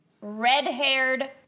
red-haired